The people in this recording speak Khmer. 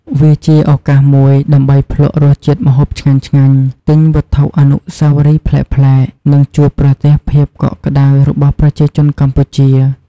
វាជាឱកាសមួយដើម្បីភ្លក្សរសជាតិម្ហូបឆ្ងាញ់ៗ ទិញវត្ថុអនុស្សាវរីយ៍ប្លែកៗ និងជួបប្រទះភាពកក់ក្តៅរបស់ប្រជាជនកម្ពុជា។